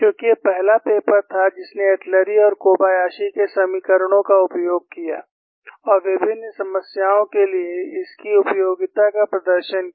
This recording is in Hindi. क्योंकि यह पहला पेपर था जिसने एटलुरी और कोबायाशी के समीकरणों का उपयोग किया और विभिन्न समस्याओं के लिए इसकी उपयोगिता का प्रदर्शन किया